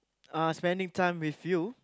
uh spending time with you